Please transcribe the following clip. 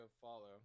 follow